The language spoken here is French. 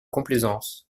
complaisance